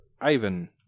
Ivan